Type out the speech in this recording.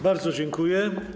Bardzo dziękuję.